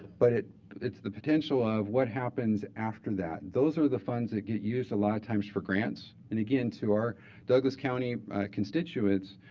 but it's the potential of what happens after that? those are the funds that get used a lot of times for grants. and again, to our douglas county constituents,